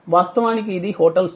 వాస్తవానికి ఇది హోటల్ సేవ